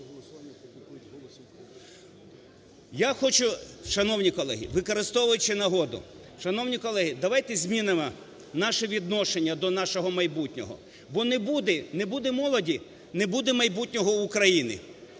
Я хочу, шановні колеги, використовуючи нагоду, шановні колеги, давайте змінимо наше відношення до нашого майбутнього, бо не буде молоді – не буде майбутнього України.